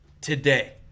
today